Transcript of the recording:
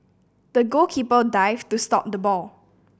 the goalkeeper dived to stop the ball